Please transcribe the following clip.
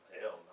hell